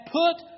put